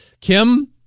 kim